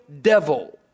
devil